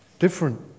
Different